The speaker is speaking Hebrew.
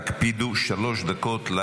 תקפידו, שלוש דקות.